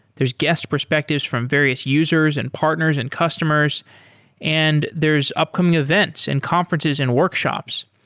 there're guest perspectives from various users and partners and customers and there is upcoming events and conferences and workshops.